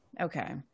Okay